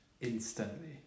instantly